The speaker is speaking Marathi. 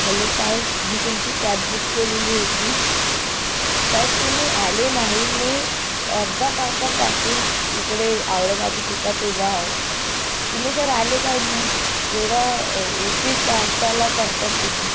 हॅलो साहेब मी तुमची कॅब बुक केलेली होती साहेब तुम्ही आले नाही मी अर्धा तासापासून इकडे आवळे बाबू चौकात उभा आहे तुम्ही सर आले काय नाही एवढा उशीर कशाला करता तुम्ही